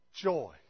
joy